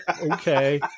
Okay